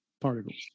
particles